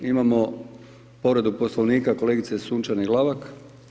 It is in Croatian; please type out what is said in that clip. Imamo povredu Poslovnika kolegice Sunčane Glavak.